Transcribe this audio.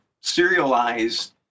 serialized